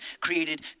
created